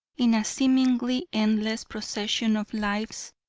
in a seemingly endless procession of lives,